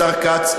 השר כץ,